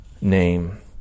name